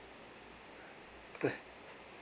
so~